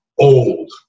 old